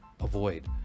avoid